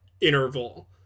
interval